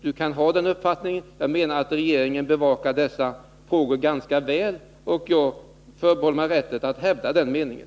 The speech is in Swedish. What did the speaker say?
Han kan ha den uppfattningen, men jag menar att regeringen bevakar dessa frågor ganska väl, och jag förbehåller mig rätten att hävda den meningen.